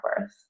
worth